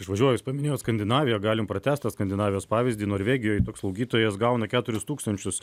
išvažiuoja jūs paminėjot skandinaviją galim pratęs tą skandinavijos pavyzdį norvegijoj slaugytojas gauna keturis tūkstančius